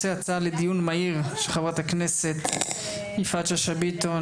הצעה לדיון מהיר של חברת הכנסת יפעת שאשא ביטון,